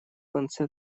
конце